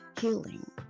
healing